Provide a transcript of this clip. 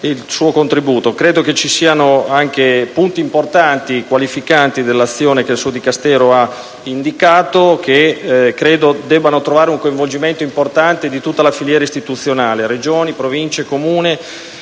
il suo contributo. Credo che ci siano punti importanti e qualificanti nell'azione che il suo Dicastero ha indicato, che credo debbano trovare un coinvolgimento importante di tutta la filiera istituzionale: Regioni, Province, Comuni